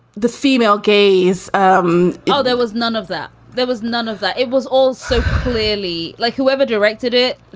the female gaze um well, there was none of that. there was none of that. it was also clearly like whoever directed it.